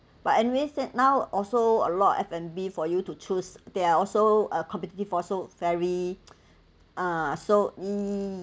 but anyways now also a lot of F&B for you to choose there are also a competitive also very ah so ya